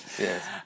Yes